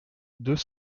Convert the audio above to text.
deux